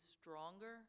stronger